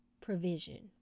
provision